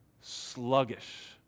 sluggish